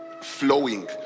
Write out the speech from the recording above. flowing